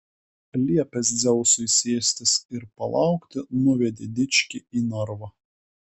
liepęs dzeusui sėstis ir palaukti nuvedė dičkį į narvą